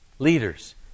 Leaders